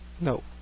No